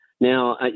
Now